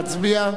נא להצביע.